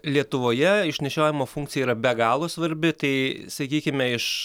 lietuvoje išnešiojimo funkcija yra be galo svarbi tai sakykime iš